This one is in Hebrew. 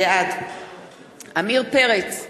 בעד עמיר פרץ,